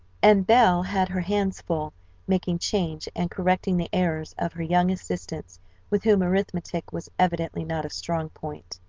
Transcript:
and belle had her hands full making change, and correcting the errors of her young assistants with whom arithmetic was evidently not a strong point.